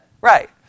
Right